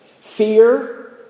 Fear